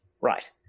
Right